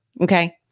Okay